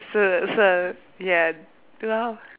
so so ya now